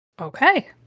Okay